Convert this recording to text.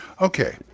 Okay